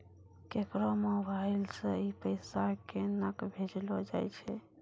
केकरो मोबाइल सऽ पैसा केनक भेजलो जाय छै?